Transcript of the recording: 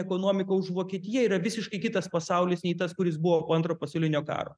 ekonomika už vokietiją yra visiškai kitas pasaulis nei tas kuris buvo po antro pasaulinio karo